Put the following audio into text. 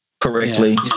correctly